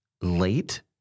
late